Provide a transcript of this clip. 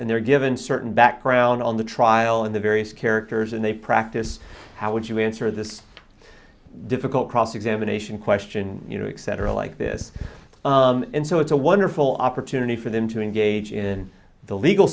and they're given certain background on the trial in the various characters and they practice how would you answer this difficult cross examination question you know except for like this and so it's a wonderful opportunity for them to engage in the legal